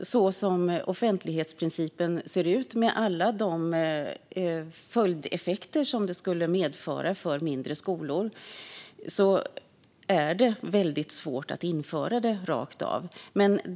så som offentlighetsprincipen ser ut med alla de följdeffekter som det skulle medföra för mindre skolor är det väldigt svårt att införa det rakt av.